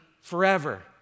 forever